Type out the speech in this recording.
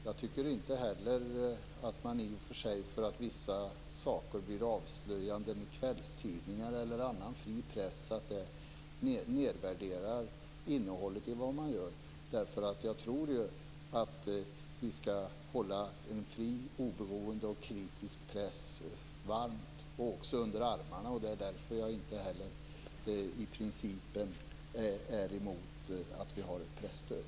Jag tycker i och för sig inte att det nedvärderar innehållet i vad man gör om vissa saker blir avslöjade i kvällstidningar eller annan fri press. Vi skall hålla en fri, oberoende och kritisk press under armarna, och det är därför som jag i princip inte är emot att vi har ett presstöd.